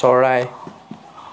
চৰাই